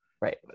right